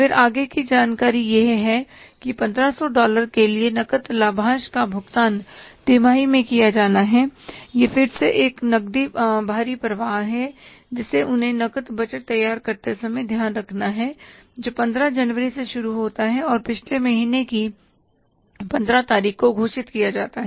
फिर आगे की जानकारी यह है कि 1500 डॉलर के लिए नकद लाभांश का भुगतान तिमाही में किया जाना है यह फिर से एक नकदी बाहरी प्रवाह है जिसे उन्हें नकद बजट तैयार करते समय ध्यान रखना है जो 15 जनवरी से शुरू होता है और पिछले महीने की 15 तारीख को घोषित किया जाता है